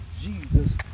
jesus